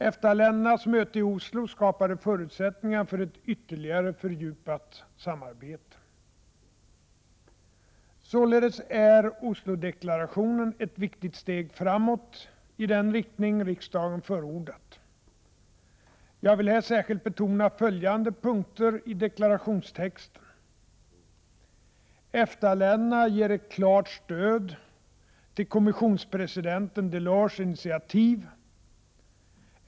EFTA-ländernas möte i Oslo skapade förutsättningar för ett ytterligare fördjupat samarbete. Således är Oslodeklarationen ett viktigt steg framåt, i den riktning riksdagen förordat. Jag vill här särskilt betona följande punkter i deklarationstexten: —- EFTA-länderna ger ett klart stöd till kommissionspresidenten Delors initiativ.